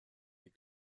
les